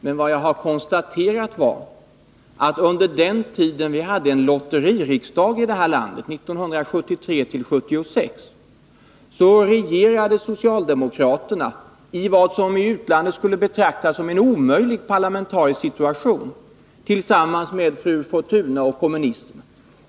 Men vad jag konstaterade var att under den tid vi hade en lotteririksdag i det här landet, 1973-1976, regerade socialdemokraterna i vad som i utlandet skulle ha betraktats som en omöjlig parlamentarisk situation, tillsammans med fru Fortuna och kommunisterna.